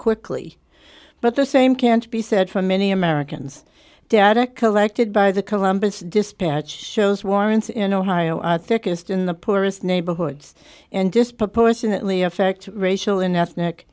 quickly but the same can't be said for many americans data collected by the columbus dispatch shows warrants in ohio arthur kissed in the poorest neighborhoods and disproportionately affect racial and ethnic